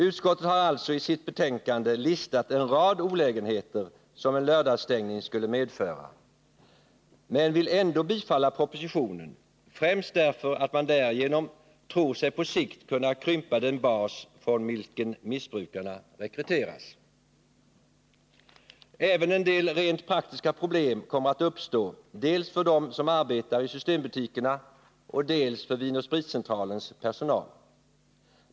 Utskottet har i sitt betänkande räknat upp en rad olägenheter som en lördagsstängning skulle medföra, men vill ändå bifalla propositionen, främst därför att man därigenom tror sig på sikt kunna krympa den bas från vilken missbrukarna rekryteras. Även en del rent praktiska problem kommer att uppstå dels för dem som arbetar i systembutikerna, dels för Vin & Spritcentralens personal.